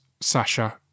Sasha